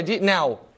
Now